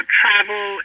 travel